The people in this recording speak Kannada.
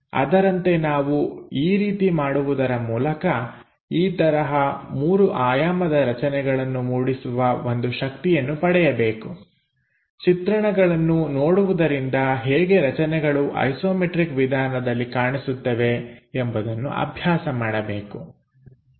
ಅದರಂತೆ ನಾವು ಈ ರೀತಿ ಮಾಡುವುದರ ಮೂಲಕ ಈ ತರಹ ಮೂರು ಆಯಾಮದ ರಚನೆಗಳನ್ನು ಮೂಡಿಸುವ ಒಂದು ಶಕ್ತಿಯನ್ನು ಪಡೆಯಬೇಕು ಚಿತ್ರಣಗಳನ್ನು ನೋಡುವುದರಿಂದ ಹೇಗೆ ರಚನೆಗಳು ಐಸೋಮೆಟ್ರಿಕ್ ವಿಧಾನದಲ್ಲಿ ಕಾಣಿಸುತ್ತವೆ ಎಂಬುದನ್ನು ಅಭ್ಯಾಸ ಮಾಡಬೇಕು